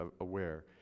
aware